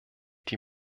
die